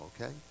okay